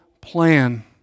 plan